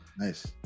Nice